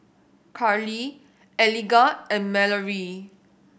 Karlee Eligah and Mallorie